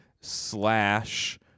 slash